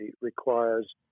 requires